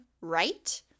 right